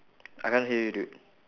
I can't hear you dude